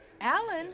Alan